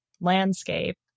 landscape